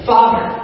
Father